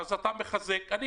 אתה מחזק את דבריי.